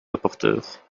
rapporteur